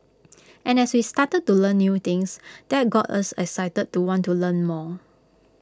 and as we started to learn new things that got us excited to want to learn more